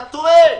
אתה טועה.